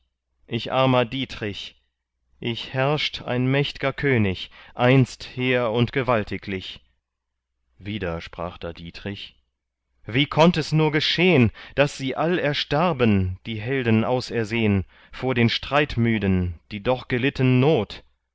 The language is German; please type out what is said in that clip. ich armer dietrich ich herrscht ein mächtger könig einst hehr und gewaltiglich wieder sprach da dietrich wie konnt es nur geschehn daß sie all erstarben die helden ausersehn vor den streitmüden die doch gelitten not